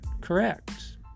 correct